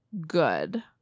good